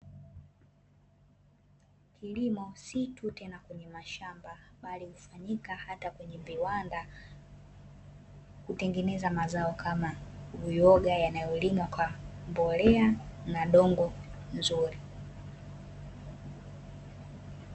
Kilimo si tena tu kwenye mashamba bali hufanyiaka hata kwenye viwanda, kutengeneza mazao kama uyoga yanayolimwa kwa mbolea na udongo mzuri.